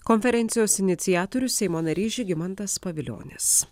konferencijos iniciatorius seimo narys žygimantas pavilionis